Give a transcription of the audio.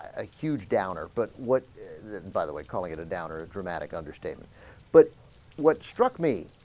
a huge downer but what that by the way calling it a downer dramatic understatement but what struck me